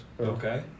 Okay